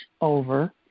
over